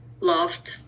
loved